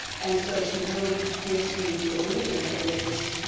and so she really gives you the illusion that there's this